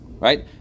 Right